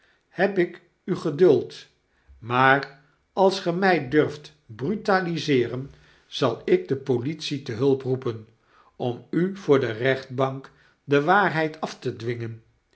heb ik u geduld maar als ge my durft brutaliseeren zalik de politie te hulp roepen om u voor de recta tbank de waarheid af te dwingen